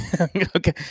Okay